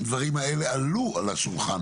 הדברים האלה עלו על השולחן?